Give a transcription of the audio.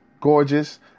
gorgeous